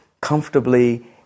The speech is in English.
comfortably